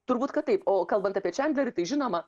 turbūt kad taip o kalbant apie čandlerį tai žinoma